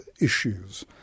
issues